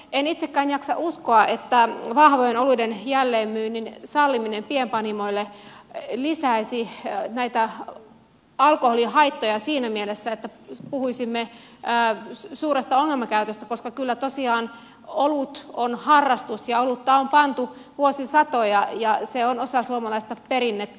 en itsekään jaksa uskoa että vahvojen oluiden jälleenmyynnin salliminen pienpanimoille lisäisi näitä alkoholihaittoja siinä mielessä että puhuisimme suuresta ongelmakäytöstä koska kyllä tosiaan olut on harrastus ja olutta on pantu vuosisatoja ja se on osa suomalaista perinnettä